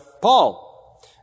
Paul